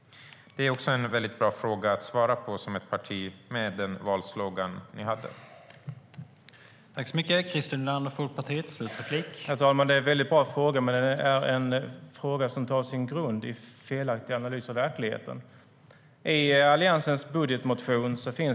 Det är en bra fråga för ett parti med den valsloganen att svara på.